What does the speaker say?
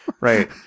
Right